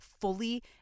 fully